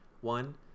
one